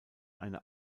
eine